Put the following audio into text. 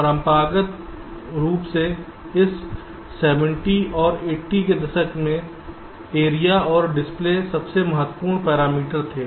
परंपरागत रूप से इस 70 और 80 के दशक में एरिया और डिले सबसे महत्वपूर्ण पैरामीटर थे